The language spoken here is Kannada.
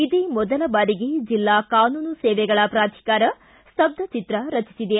ಇದೇ ಮೊದಲ ಬಾರಿಗೆ ಜಿಲ್ಲಾ ಕಾನೂನು ಸೇವೆಗಳ ಪ್ರಾಧಿಕಾರ ಸ್ತಬ್ಬಚಿತ್ರ ರಚಿಸಿದೆ